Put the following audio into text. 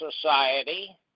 Society